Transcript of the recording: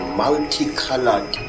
multicolored